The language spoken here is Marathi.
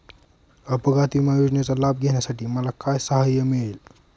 अपघात विमा योजनेचा लाभ घेण्यासाठी मला काय सहाय्य मिळेल?